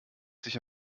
sich